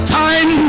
time